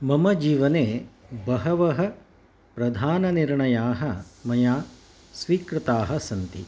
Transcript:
मम जीवने बहवः प्रधाननिर्णयाः मया स्वीकृताः सन्ति